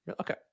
Okay